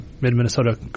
Mid-Minnesota